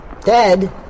dead